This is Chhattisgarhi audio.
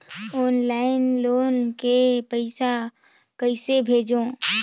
ऑनलाइन लोन के पईसा कइसे भेजों?